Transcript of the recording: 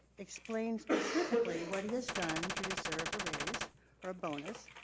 explain specifically what he has done to deserve a raise or a bonus,